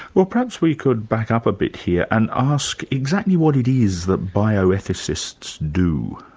well perhaps we could back up a bit here and ask exactly what it is that bioethicists do.